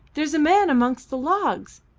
there's a man amongst the logs.